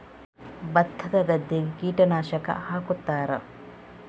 ಭತ್ತದ ಗದ್ದೆಗೆ ಕೀಟನಾಶಕ ಹಾಕುತ್ತಾರಾ?